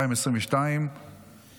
התשפ"ד 2024, אושרה